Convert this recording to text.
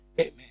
amen